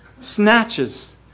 snatches